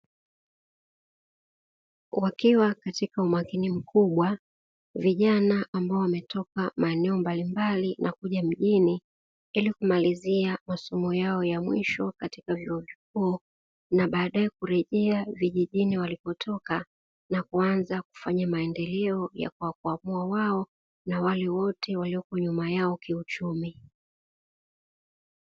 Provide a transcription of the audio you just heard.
Wakiwa katika umakini mkubwa vijana ambao wametoka maeneo mbalimbali na kuja mjini, ili kumalizia masomo yao ya mwisho katika vyuo vikuu na baadaye kurejea vijijini walipotoka na kuanza kufanya maendeleo ya kwa kuwakwamua wao wale wote walioko nyuma yao kiuchumi.